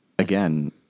Again